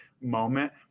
moment